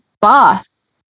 boss